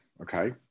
okay